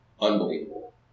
unbelievable